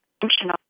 functional